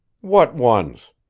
what ones?